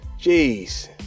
Jeez